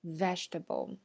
vegetable